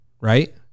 right